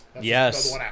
Yes